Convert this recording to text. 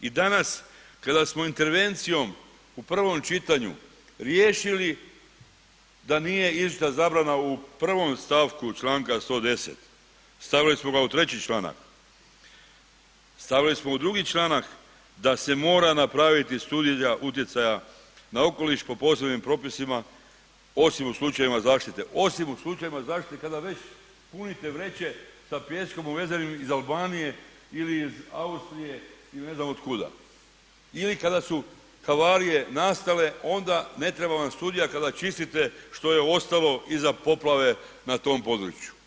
I danas kada smo intervencijom u prvom čitanju riješili da nije išla zabrana u prvom stavku Članka 110. stavili smo ga u 3. članak, stavili smo u 2. članak da se mora napraviti studija utjecaja na okoliš po posebnim propisima osim u slučajevima zaštite, osim slučajevima zaštite kada već punite vreće sa pijeskom uvezenim iz Albanije ili iz Austrije i ne znam od kuda ili kada su havarije nastale onda ne treba vam studija kada čistite što je ostalo iza poplave na tom području.